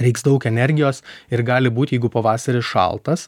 reiks daug energijos ir gali būt jeigu pavasaris šaltas